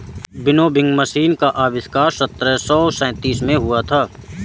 winnowing machine का आविष्कार सत्रह सौ सैंतीस में हुआ था